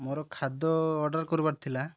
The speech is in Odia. ମୋର ଖାଦ୍ୟ ଅର୍ଡ଼ର କରିବାର ଥିଲା